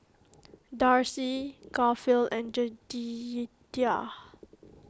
Darci Garfield and Jedidiah